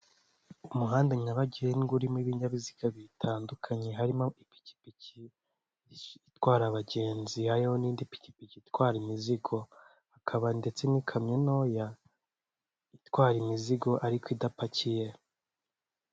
Umuhanda nyabagendwa urimo ibinyabiziga bitandukanye, harimo ipikipiki itwara abagenzi, hariho n'indi pikipiki itwara imizigo, hakaba ndetse n'ikamyo ntoya itwara imizigo ariko idapakiye.